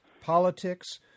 politics